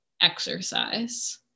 exercise